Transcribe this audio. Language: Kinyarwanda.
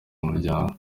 umuryango